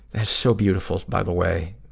that's so beautiful, by the way,